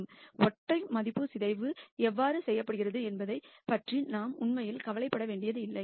singular value decomposition எவ்வாறு செய்யப்படுகிறது என்பதைப் பற்றி நாம் உண்மையில் கவலைப்பட வேண்டியதில்லை